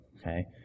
okay